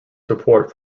support